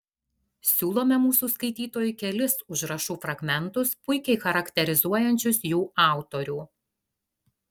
siūlome mūsų skaitytojui kelis užrašų fragmentus puikiai charakterizuojančius jų autorių